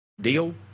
Deal